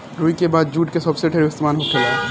रुई के बाद जुट के सबसे ढेर इस्तेमाल होखेला